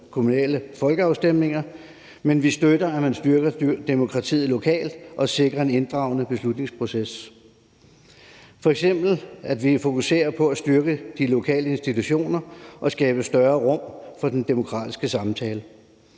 kommunale folkeafstemninger, men vi støtter, at man styrker demokratiet lokalt og sikrer en inddragende beslutningsproces, f.eks. at vi fokuserer på at styrke de lokale institutioner og skabe større rum for den demokratiske samtale.